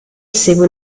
segue